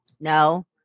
No